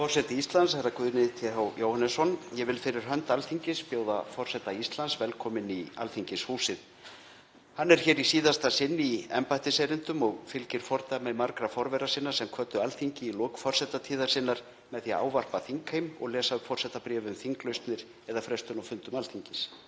Forseti Íslands, herra Guðni Th. Jóhannesson. Ég vil fyrir hönd Alþingis bjóða forseta Íslands velkominn í Alþingishúsið. Hann er hér í síðasta sinn í embættiserindum og fylgir fordæmi margra forvera sinna sem kvöddu Alþingi í lok forsetatíðar sinnar með því að ávarpa þingheim og lesa upp forsetabréf um þinglausnir eða frestun á fundum Alþingis.